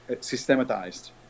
systematized